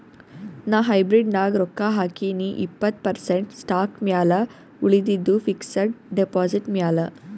ನಾ ಹೈಬ್ರಿಡ್ ನಾಗ್ ರೊಕ್ಕಾ ಹಾಕಿನೀ ಇಪ್ಪತ್ತ್ ಪರ್ಸೆಂಟ್ ಸ್ಟಾಕ್ ಮ್ಯಾಲ ಉಳಿದಿದ್ದು ಫಿಕ್ಸಡ್ ಡೆಪಾಸಿಟ್ ಮ್ಯಾಲ